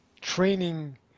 training